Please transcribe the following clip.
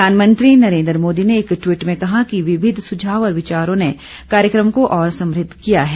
प्रधानमंत्री नरेन्द्र मोदी ने एक ट्वीट में कहा है कि विविध सुझाव और विचारों ने कार्यक्रम को और समृद्ध किया है